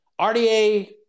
RDA